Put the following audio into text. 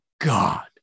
God